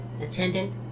Attendant